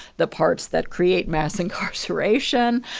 the parts that create mass incarceration,